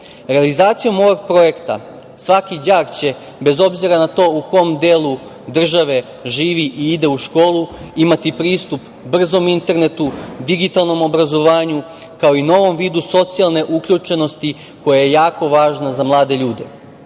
Realizacijom ovog projekta svaki đak će, bez obzira na to u kom delu države živi i ide u školu, imati pristup brzom internetu, digitalnom obrazovanju, kao i novom vidu socijalne uključenosti koja je jako važna za mlade ljude. Naš